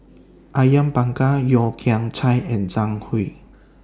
Awang Bakar Yeo Kian Chai and Zhang Hui